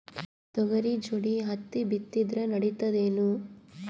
ತೊಗರಿ ಜೋಡಿ ಹತ್ತಿ ಬಿತ್ತಿದ್ರ ನಡಿತದೇನು?